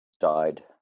died